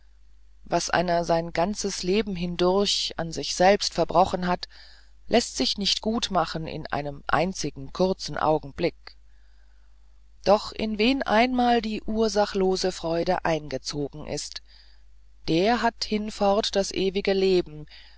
was einer sein ganzes leben hindurch an sich selber verbrochen hat läßt sich nicht gutmachen in einem einzigen kurzen augenblick doch in wen einmal die ursachlose freude eingezogen ist der hat hinfort das ewige leben